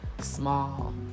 small